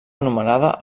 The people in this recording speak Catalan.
anomenada